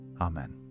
amen